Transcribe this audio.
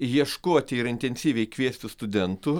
ieškoti ir intensyviai kviesti studentų